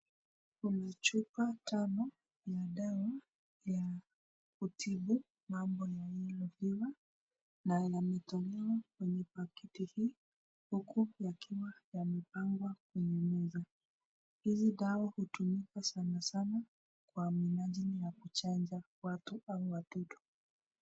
Kuna chupa tano ya dawa ya kutibu mambo ya yellow fever na yametolewa kwenye pakiti hii huku yakiwa yamepangwa kwenye meza. Hizi dawa hutumika sana sana kwa minajili ya kuchanja watu au watoto.